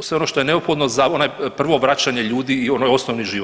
sve ono što je neophodno za onaj, prvo vraćanje ljudi i onaj osnovni život.